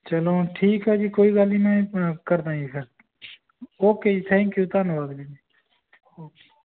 ਚਲੋ ਠੀਕ ਹੈ ਜੀ ਕੋਈ ਗੱਲ ਨਹੀਂ ਮੈਂ ਕਰਦਾ ਜੀ ਗੱਲ ਓਕੇ ਜੀ ਥੈਂਕ ਯੂ ਧੰਨਵਾਦ ਜੀ ਓਕੇ